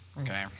Okay